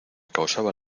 causaba